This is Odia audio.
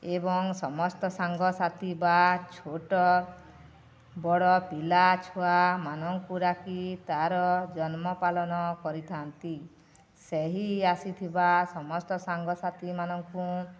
ଏବଂ ସମସ୍ତ ସାଙ୍ଗସାଥି ବା ଛୋଟ ବଡ଼ ପିଲାଛୁଆମାନଙ୍କୁ ଡାକି ତାର ଜନ୍ମପାଳନ କରିଥାନ୍ତି ସେହି ଆସିଥିବା ସମସ୍ତ ସାଙ୍ଗସାଥିମାନଙ୍କୁ